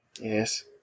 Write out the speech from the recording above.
Yes